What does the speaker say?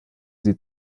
sie